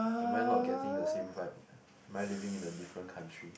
am I not getting the same vibe am I living in a different country